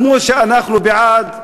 כמו שאנחנו בעד,